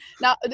Now